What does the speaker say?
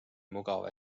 mugav